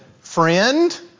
Friend